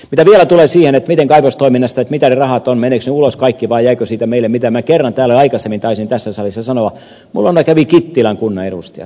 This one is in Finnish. mitä vielä tulee siihen miten kaivostoiminnasta tulevien rahojen käy menevätkö ne ulos kaikki vai jääkö niistä meille mitään minä kerran täällä jo aikaisemmin tässä salissa taisin sanoa että minun luonani kävivät kittilän kunnan edustajat